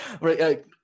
Right